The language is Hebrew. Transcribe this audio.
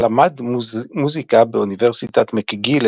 בכרך נולד בקנזס סיטי,